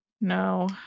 No